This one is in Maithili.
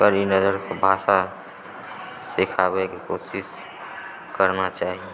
के भाषा सिखाबयके कोशिश करना चाही